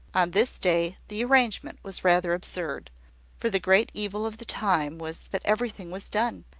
on this day, the arrangement was rather absurd for the great evil of the time was, that everything was done,